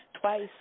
twice